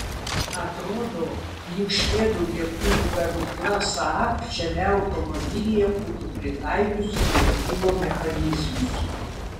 atrodo lyg švedų lėktuvų gamykla saab šiame automobilyje būtų pritaikiusi lėktuvo mechanizmus